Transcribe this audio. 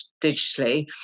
digitally